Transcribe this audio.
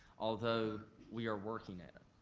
although we are working at it.